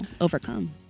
overcome